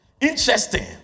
Interesting